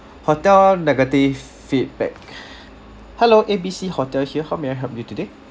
hotel negative feedback hello A B C hotel here how may I help you today